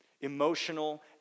emotional